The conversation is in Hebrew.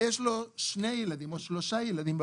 ויש לו שני ילדים או שלושה ילדים,